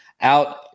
Out